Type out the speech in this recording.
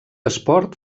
esport